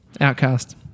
Outcast